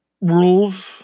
rules